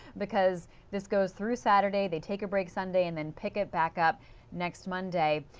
because this goes through saturday, they take a break sunday and and pick it back up next monday.